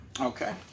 Okay